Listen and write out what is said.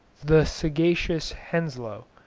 the sagacious henslow,